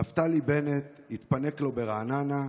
נפתלי בנט התפנק לו ברעננה,